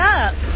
up